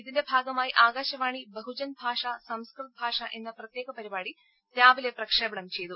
ഇതിന്റെ ഭാഗമായി ആകാശവാണി ബഹുജൻ ഭാഷ സംസ്കൃത് ഭാഷ എന്ന പ്രത്യേക പരിപാടി രാവിലെ പ്രക്ഷേപണം ചെയ്തു